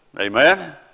Amen